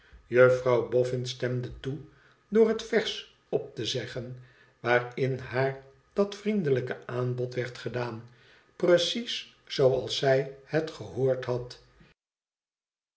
juffrouw bofhn stemde toe door het vers op te zeggen waarin haar dat vriendelijke aanbod werd gedaan precies zooals zij het gehoord had